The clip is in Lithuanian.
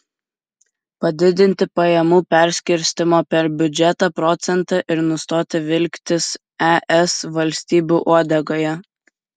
padidinti pajamų perskirstymo per biudžetą procentą ir nustoti vilktis es valstybių uodegoje